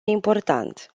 important